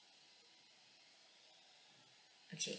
okay